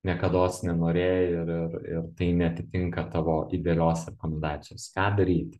niekados nenorėjai ir ir ir tai neatitinka tavo idealios rekomendacijos ką daryti